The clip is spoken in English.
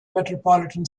metropolitan